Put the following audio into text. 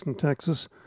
texas